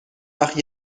وقت